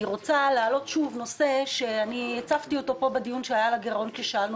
אני רוצה להעלות נושא שעלה כבר בדיון על הגירעון ואז שאלתי